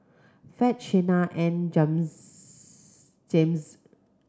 Fed Shenna and Jazmyne